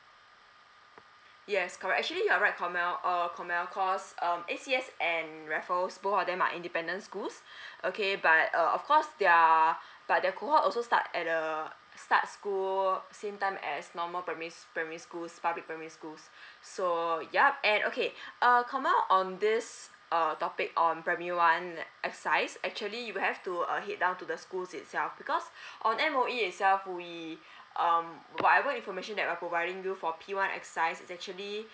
yes correct actually you are right kamil uh kamil cause um S C S and raffles both of them are independent schools okay but uh of course their but their also start at the start school same time as normal primary primary schools public primary schools so yup uh okay err kamil on this uh topic on primary one exercise actually you will have to uh head down to the schools itself because on M_O_E itself we um whatever information that we are providing you for P one exercise is actually